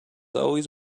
always